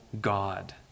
God